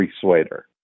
persuader